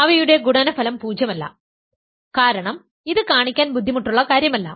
അവയുടെ ഗുണനഫലം പൂജ്യമല്ല കാരണം ഇത് കാണിക്കാൻ ബുദ്ധിമുട്ടുള്ള കാര്യമല്ല